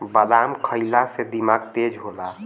बादाम खइला से दिमाग तेज होला